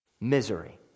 misery